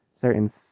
certain